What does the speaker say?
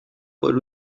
por